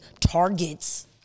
targets